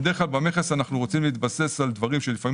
בדרך כלל במכס אנחנו רוצים להתבסס על דברים שלפעמים